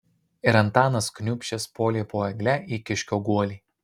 ir antanas kniūbsčias puolė po egle į kiškio guolį